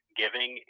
giving